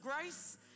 grace